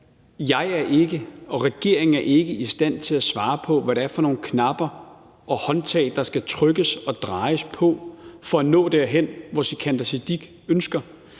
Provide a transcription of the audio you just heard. er jeg og regeringen ikke i stand til at svare på, hvad det er for nogle knapper og håndtag, der skal trykkes eller drejes på for at nå derhen, hvor Sikandar Siddique ønsker